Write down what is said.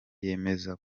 yemeza